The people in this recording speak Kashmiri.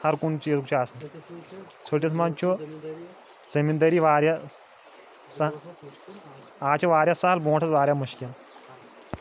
ہر کُنہِ چیٖزُک چھُ آسان ژھٔٹِس منٛز چھُ زٔمیٖندٲری واریاہ سہ آز چھِ واریاہ سہل برٛونٛٹھ ٲس واریاہ مُشکِل